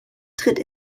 tritt